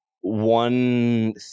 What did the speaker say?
One